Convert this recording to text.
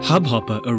Hubhopper